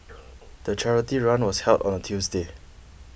the charity run was held on a Tuesday